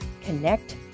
Connect